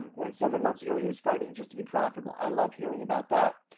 when seven months ago, he was fighting just to be profitable. i love hearing about that.